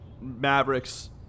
Mavericks